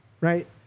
right